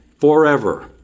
forever